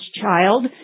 child